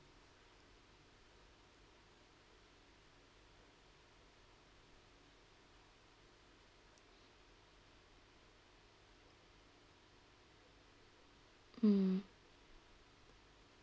mm